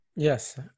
Yes